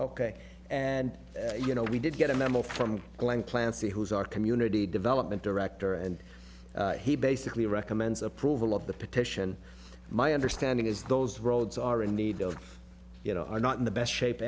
ok and you know we did get a memo from glen clancy who is our community development director and he basically recommends approval of the petition my understanding is those roads are in need of you know are not in the best shape